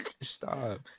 Stop